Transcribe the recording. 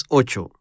ocho